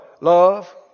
Love